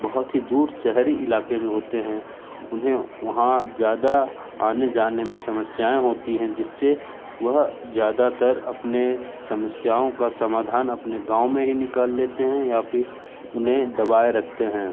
बहुत ही दूर शहरी इलाके में होते हैं उन्हें वहाँ ज़्यादा आने जाने में समस्याएं होती हैं जिससे वह ज़्यादातर अपने समस्याओं का समाधान अपने गाओं में ही निकाल लेते हैं या फिर उन्हें दबाए रखते हैं